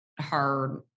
hard